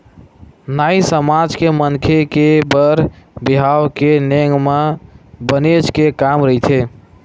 नाई समाज के मनखे के बर बिहाव के नेंग म बनेच के काम रहिथे